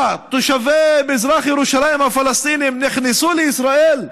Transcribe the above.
מה, תושבי מזרח ירושלים הפלסטינים נכנסו לישראל?